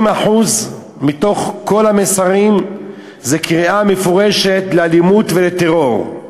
30% מתוך כל המסרים זה קריאה מפורשת לאלימות ולטרור,